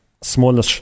smaller